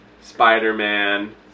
spider-man